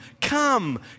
come